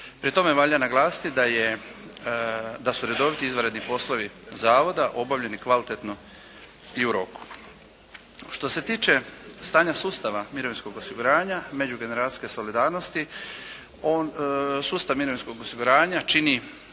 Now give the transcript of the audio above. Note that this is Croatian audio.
Pri tome valja naglasiti da je, da su redoviti izvanredni poslovi Zavoda obavljeni kvalitetno i u roku. Što se tiče stanja sustava mirovinskog osiguranja, međugeneracijske solidarnosti on, sustav mirovinskog osiguranja čini